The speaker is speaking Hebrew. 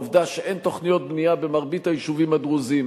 העובדה שאין תוכניות בנייה במרבית היישובים הדרוזיים,